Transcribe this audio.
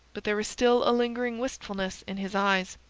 but there was still a lingering wistfulness in his eyes.